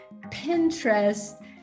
Pinterest